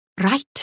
Right